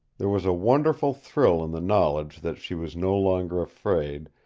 there was a wonderful thrill in the knowledge that she was no longer afraid,